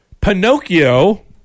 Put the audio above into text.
Pinocchio